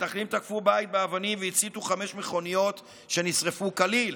בג'אלוד מתנחלים תקפו בית באבנים והציתו חמש מכוניות שנשרפו כליל,